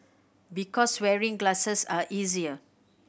because wearing glasses are easier